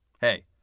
hey